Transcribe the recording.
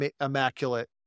immaculate